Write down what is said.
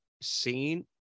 seen